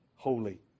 Holy